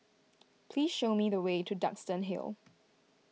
please show me the way to Duxton Hill